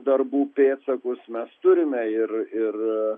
darbų pėdsakus mes turime ir ir